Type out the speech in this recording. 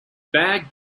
bag